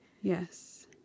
yes